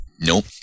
Nope